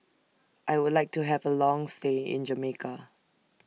I Would like to Have A Long stay in Jamaica